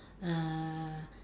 uh